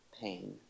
pain